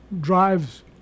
drives